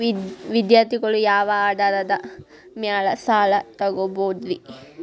ವಿದ್ಯಾರ್ಥಿಗಳು ಯಾವ ಆಧಾರದ ಮ್ಯಾಲ ಸಾಲ ತಗೋಬೋದ್ರಿ?